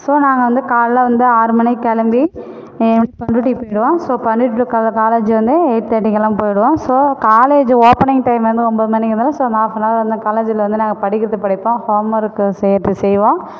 so நாங்கள் வந்து காலைல வந்து ஆறு மணிக்கு கிளம்பி பண்ருட்டிக்கு போயிடுவோம் ஸோ பண்ருட்டியில் காலேஜ் வந்து எயிட் தர்ட்டிக்கெலாம் போயிடுவோம் ஸோ காலேஜ் ஓப்பனிங் டைம் வந்து ஒன்பது மணிங்கிறதனால ஸோ நான் ஹாஃப் ஹௌரில் வந்து காலேஜில் வந்து நாங்கள் படிக்கின்றது படிப்போம் ஹோம் ஒர்க் செய்யிறது செய்வோம்